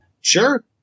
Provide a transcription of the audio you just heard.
Sure